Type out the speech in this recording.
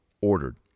ordered